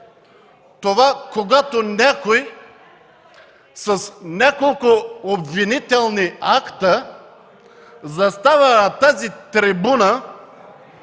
това – когато някой с няколко обвинителни акта застава на тази трибуна